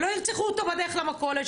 שלא ירצחו אותו בדרך למכולת.